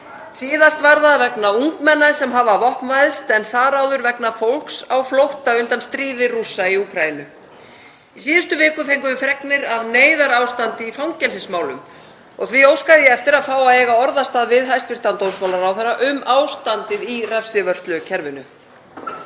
Síðast var það vegna ungmenna sem hafa vopnvæðst en þar áður vegna fólks á flótta undan stríði Rússa í Úkraínu. Í síðustu viku fengum við fregnir af neyðarástandi í fangelsismálum og því óskaði ég eftir að fá að eiga orðastað við hæstv. dómsmálaráðherra um ástandið í refsivörslukerfinu.